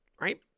Right